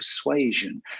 persuasion